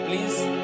Please